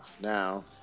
Now